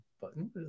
button